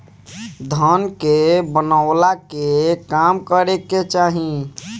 धन के बनवला के काम करे के चाही